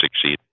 succeed